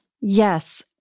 Yes